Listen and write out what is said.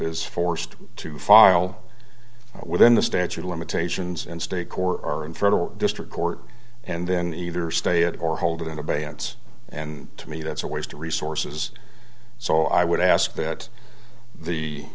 is forced to file within the statute of limitations in state court or in federal district court and then either stay it or hold it in abeyance and to me that's a waste of resources so i would ask that the